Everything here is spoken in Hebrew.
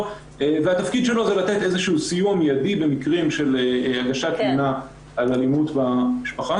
התפקיד שלו לתת סיוע מידי במקרים שלה גשת תלונה על אלימות במשפחה.